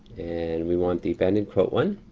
and we want the banding quote one,